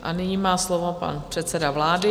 A nyní má slovo pan předseda vlády.